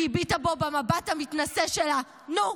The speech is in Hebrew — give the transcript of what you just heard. היא הביטה בו במבט המתנשא שלה: נו,